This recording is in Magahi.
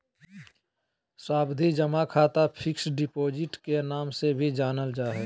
सावधि जमा खाता फिक्स्ड डिपॉजिट के नाम से भी जानल जा हय